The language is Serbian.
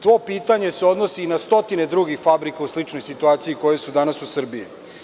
To pitanje se odnosi i na stotine drugih fabrika u sličnoj situaciji koje su danas u Srbiji.